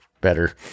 better